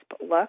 look